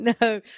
No